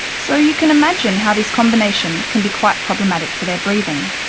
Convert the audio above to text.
so you can imagine how this combination can be quite problematic for their breathing.